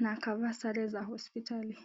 na akavaa sare za hospitali.